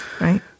right